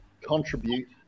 contribute